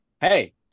hey